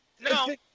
No